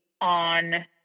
on